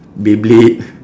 beyblade